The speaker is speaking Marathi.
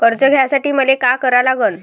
कर्ज घ्यासाठी मले का करा लागन?